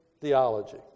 theology